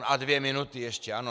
A dvě minuty ještě, ano.